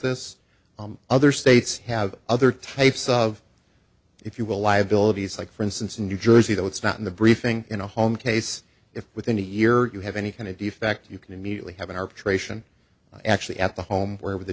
this other states have other types of if you will liabilities like for instance in new jersey though it's not in the briefing in a home case if within a year you have any kind of defect you can immediately have an arbitration actually at the home where the